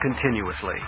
continuously